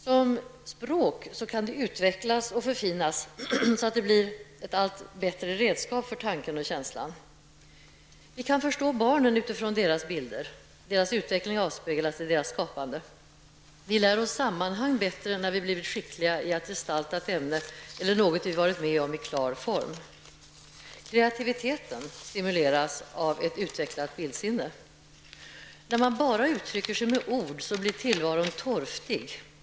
Som språk kan det utvecklas och förfinas så att det blir ett allt bättre redskap för tanken och känslan. Vi kan förstå barnen utifrån deras bilder. Deras utveckling avspeglas i deras skapande. Vi lär oss sammanhang bättre när vi har blivit skickligare i att i klar form gestalta ett ämne eller något vi varit med om. Kreativiteten stimuleras av ett utvecklat bildsinne. När man bara uttrycker sig med ord blir tillvaron torftig.